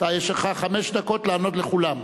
יש לך חמש דקות לענות לכולם.